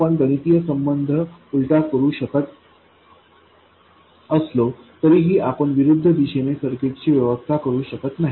आपण गणितीय संबंध उलटा करू शकत असलो तरीही आपण विरुद्ध दिशेने सर्किटची व्यवस्था करू शकत नाही